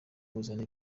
kuzana